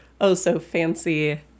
oh-so-fancy